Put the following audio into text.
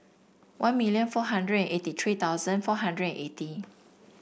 one million four hundred eighty three thousand four hundred eighty